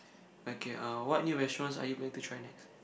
okay uh what new restaurants are you going to try next